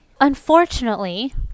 Unfortunately